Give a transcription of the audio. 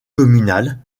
communale